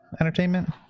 entertainment